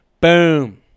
Boom